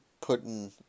putting